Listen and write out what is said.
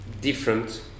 Different